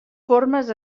formes